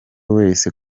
wese